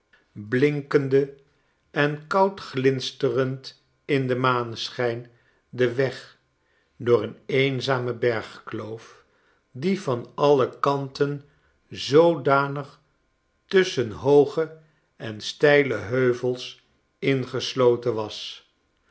blinkende en koud glinsterendinden maneschijn de weg door een eenzame bergkloof die van alle kanten zoodanig tusschen hooge en steilen heuvels ingesloten was